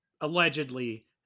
allegedly